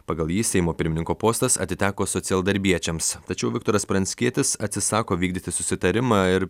pagal jį seimo pirmininko postas atiteko socialdarbiečiams tačiau viktoras pranckietis atsisako vykdyti susitarimą ir